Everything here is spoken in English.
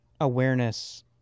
awareness